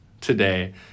today